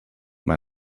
man